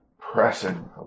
pressing